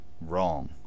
Wrong